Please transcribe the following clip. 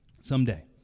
Someday